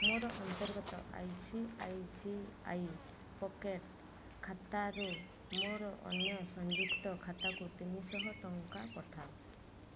ମୋର ଅନ୍ତର୍ଗତ I C I C I pocket ଖାତାରୁ ମୋର ଅନ୍ୟ ସଂଯୁକ୍ତ ଖାତାକୁ ତିନିଶହ ଟଙ୍କା ପଠାଅ